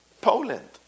Poland